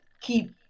keep